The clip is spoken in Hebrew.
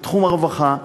בתחום הרווחה.